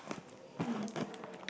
hmm